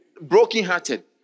broken-hearted